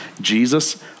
Jesus